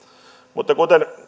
mutta kuten